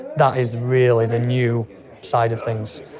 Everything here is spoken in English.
that is really the new side of things,